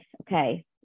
Okay